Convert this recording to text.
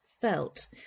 felt